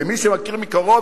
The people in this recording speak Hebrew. ומי שמכיר מקרוב,